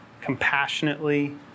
compassionately